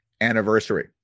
anniversary